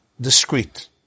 discreet